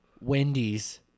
Wendy's